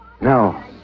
No